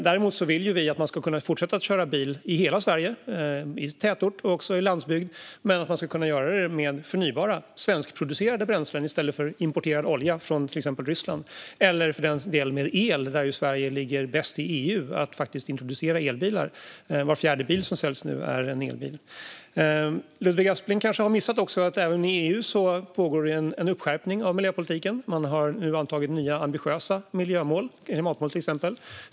Däremot vill vi att man ska kunna fortsätta att köra bil i hela Sverige, i tätort och också på landsbygden, men att man ska kunna göra det med förnybara svenskproducerade bränslen i stället för importerad olja från till exempel Ryssland eller för den delen med el. Sverige ligger bäst till i EU när det gäller att introducera elbilar, och var fjärde bil som säljs nu är en elbil. Ludvig Aspling kanske också har missat att det pågår en skärpning av miljöpolitiken även i EU. Man har nu antagit nya ambitiösa miljö och klimatmål.